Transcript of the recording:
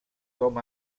com